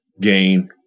gain